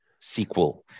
SQL